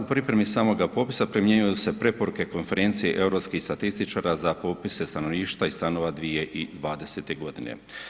U pripremi samoga popisa primjenjuju se preporuke konferencije europskih statističara za popise stanovništva i stanova 2020. godine.